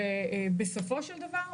בסופו של דבר,